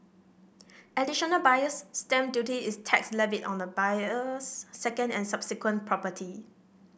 additional Buyer's Stamp Duty is tax levied on a buyer's second and subsequent property